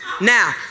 Now